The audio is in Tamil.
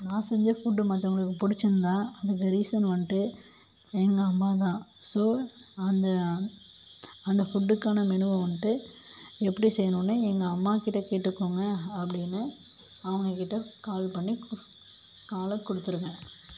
நான் செஞ்ச ஃபுட் மற்றவுங்களுக்கு பிடிச்சிருந்தா அதுக்கு ரீசன் வந்துட்டு எங்கள் அம்மா தான் ஸோ அந்த அந்த ஃபுட்டுக்கான மெனுவை வந்துட்டு எப்படி செய்யணூன்னு எங்கள் அம்மாகிட்ட கேட்டுக்கோங்க அப்படீன்னு அவங்ககிட்ட கால் பண்ணி காலை கொடுத்துருவேன்